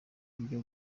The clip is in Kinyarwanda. ibyo